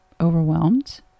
overwhelmed